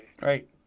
right